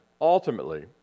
ultimately